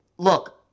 Look